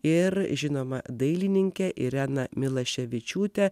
ir žinoma dailininkę ireną milaševičiūtę